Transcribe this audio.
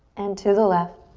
and to the left.